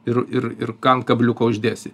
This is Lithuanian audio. ir ir ir ką ant kabliuko uždėsi